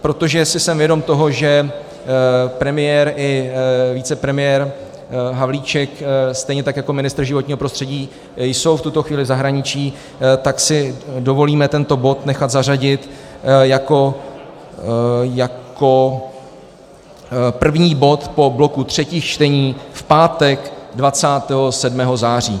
Protože jsem si vědom toho, že premiér i vicepremiér Havlíček stejně tak jako ministr životního prostředí, jsou v tuto chvíli v zahraničí, tak si dovolíme tento bod nechat zařadit jako první bod po bloku třetích čtení v pátek 27. září.